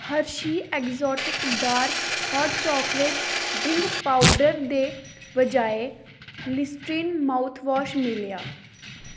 Hershey exotic dark hot chocolate drink powder दे बजाए Listerine mouthwash मिलेआ